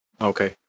Okay